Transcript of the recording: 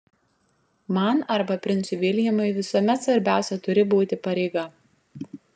man arba princui viljamui visuomet svarbiausia turi būti pareiga